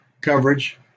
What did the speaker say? coverage